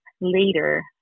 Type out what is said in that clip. later